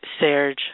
Serge